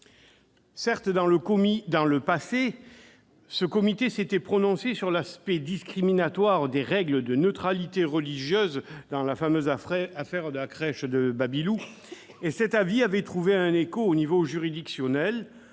Certes, dans le passé, ce comité s'était prononcé sur l'aspect discriminatoire des règles de neutralité religieuse dans la fameuse affaire de la crèche Baby Loup. Cet avis avait trouvé un écho au niveau juridictionnel,